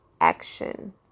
action